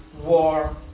war